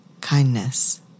kindness